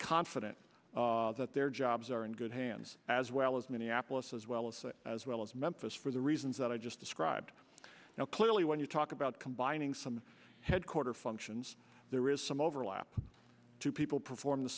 confident that their jobs are in good hands as well as minneapolis as well as as well as memphis for the reasons that i just described now clearly when you talk about combining some headquarter functions there is some overlap to people perform the